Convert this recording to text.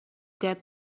get